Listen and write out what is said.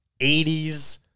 80s